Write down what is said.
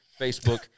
Facebook